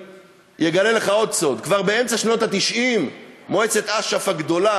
ואגלה לך עוד סוד: כבר באמצע שנות ה-90 מועצת אש"ף הגדולה